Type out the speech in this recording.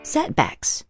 Setbacks